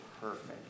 Perfect